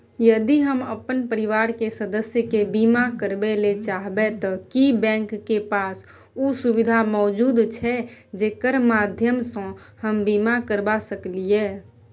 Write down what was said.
यदि हम अपन परिवार के सदस्य के बीमा करबे ले चाहबे त की बैंक के पास उ सुविधा मौजूद छै जेकर माध्यम सं हम बीमा करबा सकलियै?